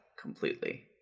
completely